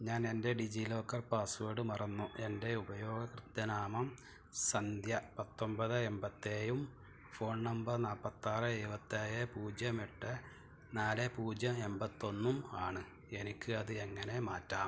ഞാനെന്റെ DigiLocker password മറന്നു എന്റെ ഉപയോക്തൃ നാമം സന്ധ്യ പത്തൊമ്പത് എൺപത്തെയും ഫോൺ നമ്പർ നാൽപത്തിയാറ് എഴുപത്തേഴ് പൂജ്യം എട്ട് നാല് പൂജ്യം എൺപത്തൊന്ന് ആണ് എനിക്ക് അത് എങ്ങനെ മാറ്റാം